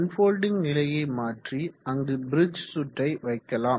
unfolding நிலையை மாற்றி அங்கு பிரிட்ஜ் சுற்றை வைக்கலாம்